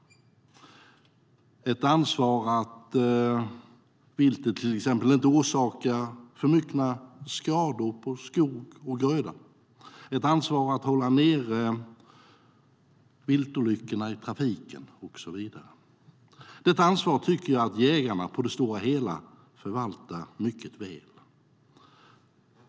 Det är ett ansvar att viltet till exempel inte orsakar för mycket skador på skog och gröda. Det är ett ansvar att hålla ned viltolyckorna i trafiken och så vidare. Det är ett ansvar jag tycker att jägarna på det stora hela förvaltar mycket väl.